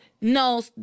no